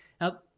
Now